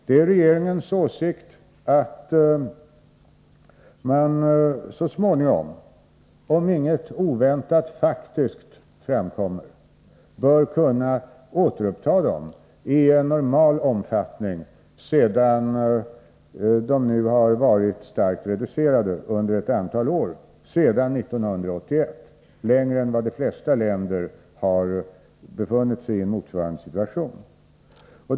Det är regeringens åsikt att man så småningom, om inget som talar i annan riktning framkommer, bör kunna återuppta förbindelserna i normal omfattning. De har varit starkt reducerade under ett antal år, nämligen sedan 1981 — längre än vad de flesta länder har befunnit sig i en motsvarande situation.